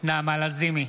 נעמה לזימי,